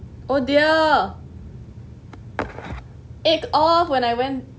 oh dear it off when I went